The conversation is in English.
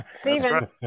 Stephen